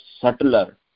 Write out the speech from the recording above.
subtler